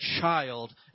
child